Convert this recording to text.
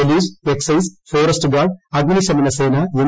police excise forest guards അഗ്നിശമന സേന N